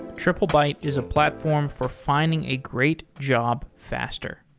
triplebyte is a platform for finding a great job faster.